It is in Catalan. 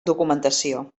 documentació